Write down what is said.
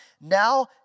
Now